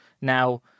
Now